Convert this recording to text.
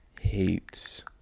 hates